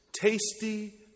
Tasty